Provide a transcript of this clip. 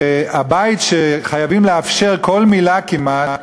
והבית, חייבים לאפשר כל מילה כמעט,